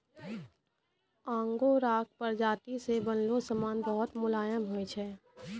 आंगोराक प्राजाती से बनलो समान बहुत मुलायम होय छै